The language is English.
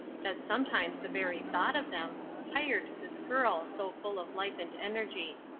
that sometimes the very thought of them tired this girl so full of life and energy.